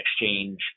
exchange